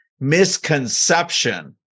misconception